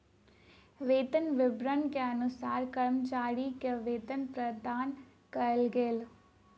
वेतन विवरण के अनुसार कर्मचारी के वेतन प्रदान कयल गेल